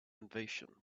invasion